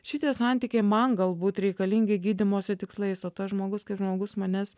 šitie santykiai man galbūt reikalingi gydymosi tikslais o tas žmogus kaip žmogus manęs